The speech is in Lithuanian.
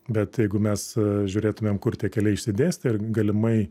bet jeigu mes žiūrėtumėm kur tie keliai išsidėstę ir galimai